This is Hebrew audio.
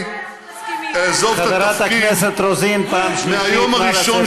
נכון, אין שום דבר חדש.